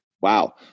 Wow